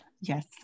Yes